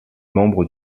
membre